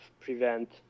prevent